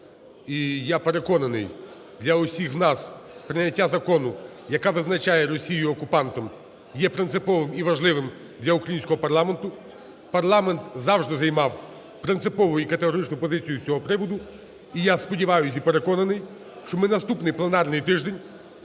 я переконаний, для усіх нас прийняття закону, який визначає Росію окупантом, є принциповим і важливим для українського парламенту. Парламент завжди займав принципову і категоричну позицію з цього приводу. І я сподіваюсь і переконаний, що ми наступний пленарний тиждень,